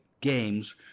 games